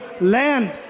land